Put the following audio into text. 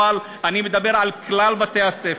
אני מדבר על כלל בתי-הספר.